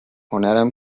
هنرم